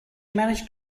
managed